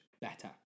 better